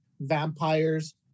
vampires